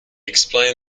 explain